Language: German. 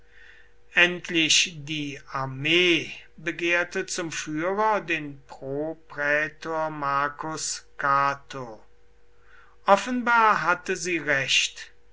endlich die armee begehrte zum führer den proprätor marcus cato offenbar hatte sie recht